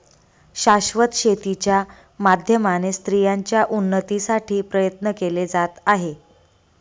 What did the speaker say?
शाश्वत शेती च्या माध्यमाने स्त्रियांच्या उन्नतीसाठी प्रयत्न केले जात आहे